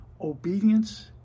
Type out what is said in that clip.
Obedience